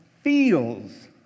feels